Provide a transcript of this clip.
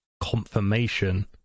confirmation